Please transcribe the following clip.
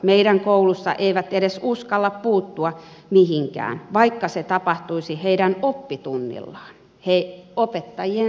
meidän koulussa eivät edes uskalla puuttua mihinkään vaikka se tapahtuisi heidän oppitunnillaan opettajien silmien alla